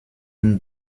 une